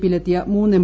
പിയിലെത്തിയ മൂന്ന് എം